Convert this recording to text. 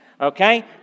okay